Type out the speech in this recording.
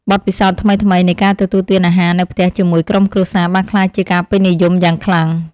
បទពិសោធន៍ថ្មីៗនៃការទទួលទានអាហារនៅផ្ទះជាមួយក្រុមគ្រួសារបានក្លាយជាការពេញនិយមយ៉ាងខ្លាំង។